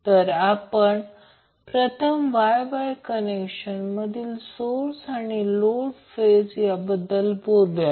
तर आपण प्रथम Y Y कनेक्शन मधील सोर्स आणि लोड याबद्दल बोलूया